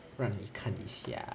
让你看一下